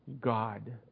God